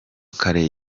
kare